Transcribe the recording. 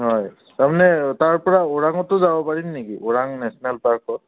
হয় তাৰমানে তাৰপৰা ওৰাঙতো যাব পাৰিম নেকি ওৰাং নেশ্যনেল পাৰ্কত